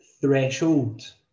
threshold